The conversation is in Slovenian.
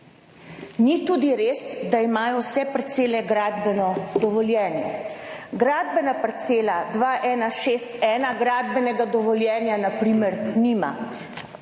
Ni tudi res, da imajo vse parcele gradbeno dovoljenje. Gradbena parcela 2161 gradbenega dovoljenja na